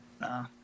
Nah